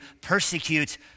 persecute